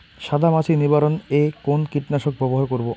সাদা মাছি নিবারণ এ কোন কীটনাশক ব্যবহার করব?